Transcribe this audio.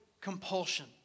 compulsion